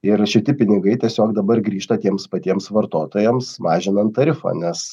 ir šiti pinigai tiesiog dabar grįžta tiems patiems vartotojams mažinant tarifą nes